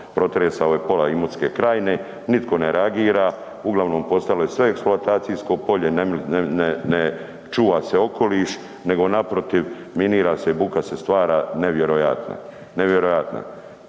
protresao je pola Imotske krajine, nitko ne reagira, uglavnom postalo je sve eksploatacijsko polje, ne čuva se okoliš, nego naprotiv minira se, buka se stvara, nevjerojatna,